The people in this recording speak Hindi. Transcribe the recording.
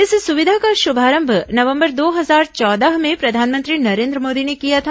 इस सुविधा का श्मारंभ नवंबर दो हजार चौदह में प्रधानमंत्री नरेन्द्र मोदी ने किया था